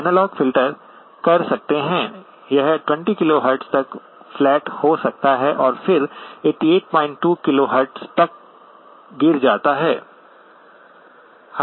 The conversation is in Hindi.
एनालॉग फिल्टर कर सकते हैं यह 20 KHz तक फ्लैट हो सकता है और फिर 882 KHz तक गिर जाता है